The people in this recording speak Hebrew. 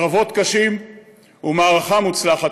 קרבות קשים ומערכה מוצלחת,